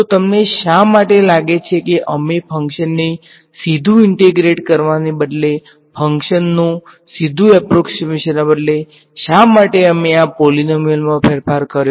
તો તમને શા માટે લાગે છે કે અમે ફંક્શનને સીધું ઈંટેગ્રેટ કરવાને બદલે ફંક્શનનો સીધુ એપ્રોક્ષીમેશન બદલે શા માટે અમે આ પોલીનોમીયલમાં ફેરફાર કર્યો